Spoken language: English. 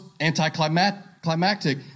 anticlimactic